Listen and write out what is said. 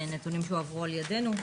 הם נתונים שהועברו על ידנו,